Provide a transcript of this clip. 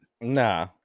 Nah